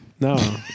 No